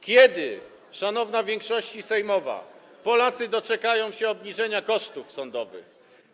Kiedy, szanowna większości sejmowa, Polacy doczekają się obniżenia kosztów sądowych?